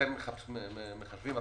אתם מחשבים הכנסה.